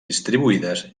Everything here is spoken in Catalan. distribuïdes